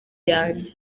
yanjye